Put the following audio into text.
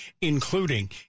including